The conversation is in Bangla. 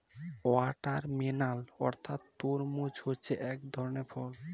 ওয়াটারমেলান অর্থাৎ তরমুজ হচ্ছে এক ধরনের ফল